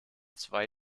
zwei